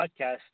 podcast